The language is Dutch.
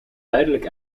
duidelijk